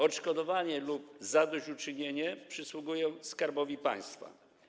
Odszkodowanie lub zadośćuczynienie przysługują Skarbowi Państwa.